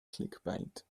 clickbait